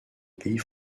pays